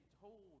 told